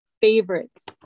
favorites